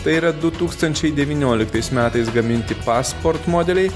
tai yra du tūkstančiai devynioliktais metais gaminti pasport modeliai